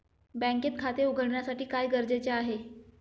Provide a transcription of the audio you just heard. बँकेत खाते उघडण्यासाठी काय गरजेचे आहे?